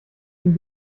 den